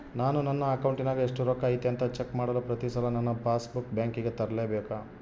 ನಾನು ನನ್ನ ಅಕೌಂಟಿನಾಗ ಎಷ್ಟು ರೊಕ್ಕ ಐತಿ ಅಂತಾ ಚೆಕ್ ಮಾಡಲು ಪ್ರತಿ ಸಲ ನನ್ನ ಪಾಸ್ ಬುಕ್ ಬ್ಯಾಂಕಿಗೆ ತರಲೆಬೇಕಾ?